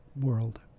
world